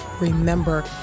remember